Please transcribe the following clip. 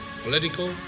political